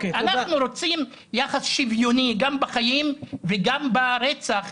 אנחנו רוצים יחס שוויוני גם בחיים וגם ברצח.